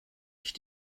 ich